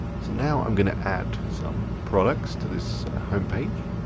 so now i'm gonna add some products to this homepage.